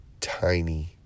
tiny